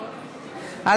ההצעה.